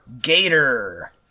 Gator